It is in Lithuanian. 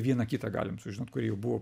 vieną kitą galim sužinot kurie jau buvo